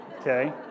okay